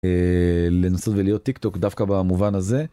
לנסות להיות טיק טוק דווקא במובן הזה.